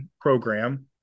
program